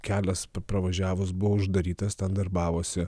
kelias pravažiavus buvo uždarytas ten darbavosi